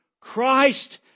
Christ